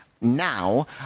now